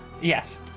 Yes